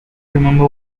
remember